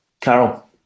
Carol